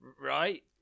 Right